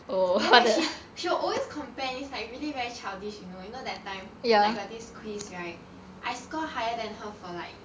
then she she will always complain like really very childish you know you know that time you like got this quiz right I score higher than her for like